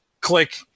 click